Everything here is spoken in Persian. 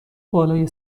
بالای